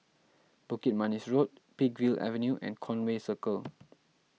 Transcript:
Bukit Manis Road Peakville Avenue and Conway Circle